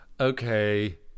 Okay